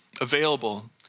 available